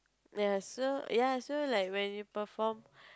ya so ya so like you perform